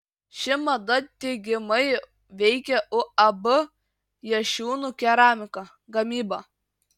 ši mada teigiamai veikia uab jašiūnų keramika gamybą